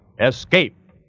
Escape